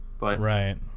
right